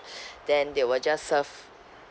then they will just serve